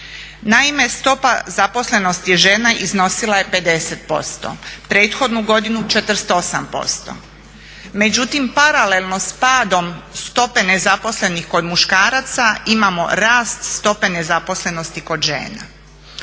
Naime, stopa zaposlenosti žena iznosila je 50%, prethodnu godinu 48%. Međutim paralelno s padom stope nezaposlenih kod muškaraca imao rast stope nezaposlenosti kod žene.